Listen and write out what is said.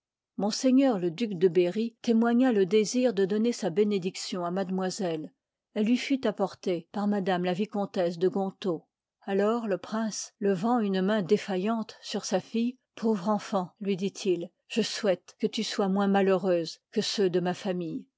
honorée msmc duc de berry témoigna le désir de donner sa bénédiction à mademoiselle elle lui fut apportée par m la vicomtesse de gontaut alors le prince levant une main défaillante sur sa fdle pauvre enfant lui dit-il je souhaite que tu sois moins malheureuse que ceux de ma famille